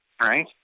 right